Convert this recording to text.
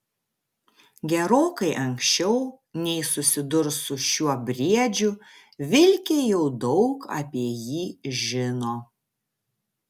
gerokai anksčiau nei susidurs su šiuo briedžiu vilkė jau daug apie jį žino